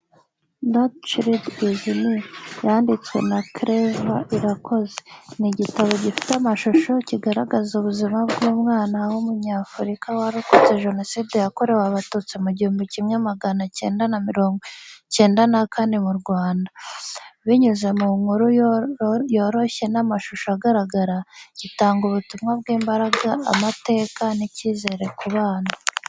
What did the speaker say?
That Child Is Me yanditswe na Claver Irakoze, ni igitabo gifite amashusho kigaragaza ubuzima bw’umwana w’Umunyafurika warokotse Jenoside yakorewe Abatutsi mu gihumbi kimwe na magana cyenda na mirongo icyenda na kane mu Rwanda. Binyuze mu nkuru yoroshye n’amashusho agaragara, gitanga ubutumwa bw’imbaraga, amateka, n’icyizere ku bana.